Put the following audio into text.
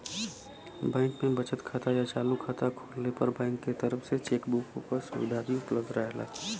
bank में बचत खाता या चालू खाता खोलले पर बैंक के तरफ से चेक बुक क सुविधा भी उपलब्ध रहेला